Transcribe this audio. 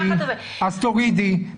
אז תורידי.